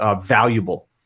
valuable